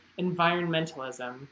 environmentalism